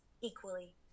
equally